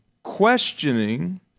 questioning